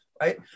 right